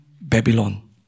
Babylon